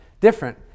different